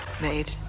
made